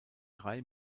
drei